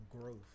growth